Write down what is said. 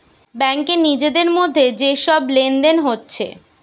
ব্যাংকে নিজেদের মধ্যে যে সব লেনদেন হচ্ছে